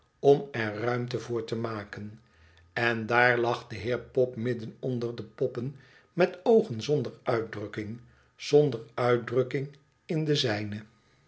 om er ruimte voor te maken en daar lag de heer pop midden onder de poppen met oogen zonder uitdruking zonder uitdrukking in de zijne